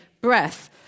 breath